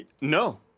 No